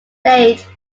date